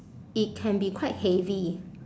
it can be quite heavy